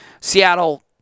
Seattle